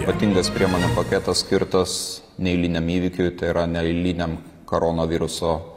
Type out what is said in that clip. ypatingas priemonių paketas skirtas neeiliniam įvykiui tai yra neeiliniam karonaviruso